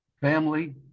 family